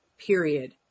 period